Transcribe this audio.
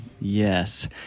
Yes